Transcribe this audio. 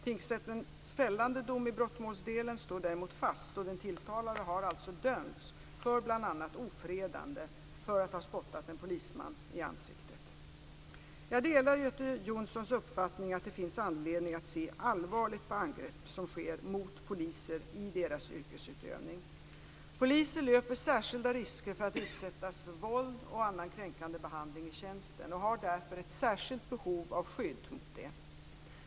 Tingsrättens fällande dom i brottsmålsdelen står däremot fast, och den tilltalade har alltså dömts för bl.a. ofredande för att ha spottat en polisman i ansiktet. Jag delar Göte Jonssons uppfattning att det finns anledning att se allvarligt på angrepp som sker mot poliser i deras yrkesutövning. Poliser löper särskilda risker för att utsättas för våld och annan kränkande behandling i tjänsten och har därför ett särskilt behov av skydd mot detta.